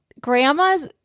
Grandma's